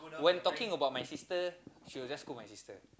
when talking about my sister she would just scold my sister